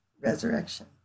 resurrection